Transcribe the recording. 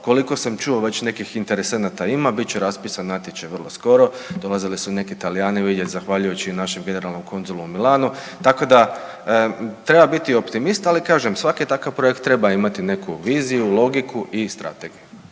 Koliko sam čuo već nekih interesenata ima, bit će raspisan natječaj vrlo skoro, dolazili su neki Talijani vidjet zahvaljujući i našem generalnom konzulu u Milanu, tako da treba bit optimist. Ali kažem, svaki takav projekt treba imati neku viziju, logiku i strategiju.